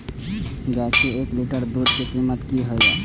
गाय के एक लीटर दूध के कीमत की हय?